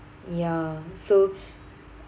ya so